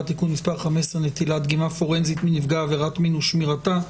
(תיקון מס' 15) (נטילת דגימה פורנזית מנפגע עבירת מין ושמירתה),